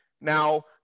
Now